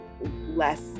less